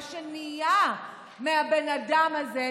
מה שנהיה מהבן אדם הזה,